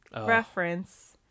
reference